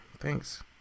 Thanks